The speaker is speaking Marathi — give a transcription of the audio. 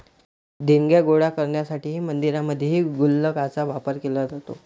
देणग्या गोळा करण्यासाठी मंदिरांमध्येही गुल्लकांचा वापर केला जातो